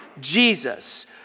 Jesus